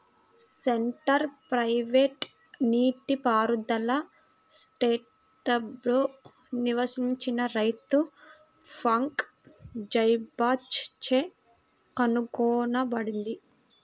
centre pivot నీటిపారుదల స్ట్రాస్బర్గ్లో నివసించిన రైతు ఫ్రాంక్ జైబాచ్ చే కనుగొనబడింది